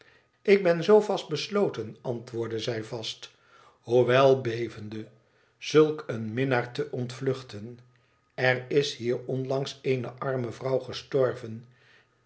ik ben zoo vast besloten antwoordde zij vast hoewel bevende zulk een minnaar te ontvluchten er is hier onlangs eene arme vrouw gestorven